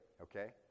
okay